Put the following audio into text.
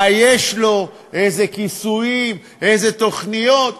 מה יש לו, איזה כיסויים, איזה תוכניות.